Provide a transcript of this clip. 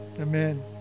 Amen